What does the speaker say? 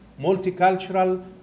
multicultural